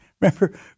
Remember